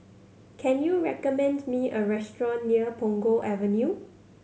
can you recommend me a restaurant near Punggol Avenue